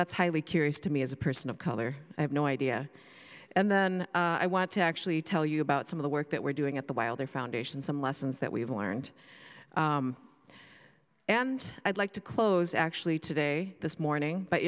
that's highly curious to me as a person of color i have no idea and then i want to actually tell you about some of the work that we're doing at the while there foundation some lessons that we've learned and i'd like to close actually today this morning b